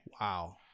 Wow